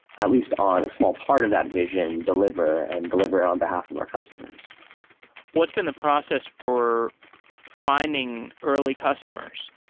at least on a small part of that vision, deliver and deliver on behalf of our customers what's been the process for finding early customers?